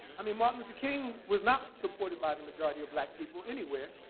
i mean, martin luther king was not supported by the majority of black people anywhere.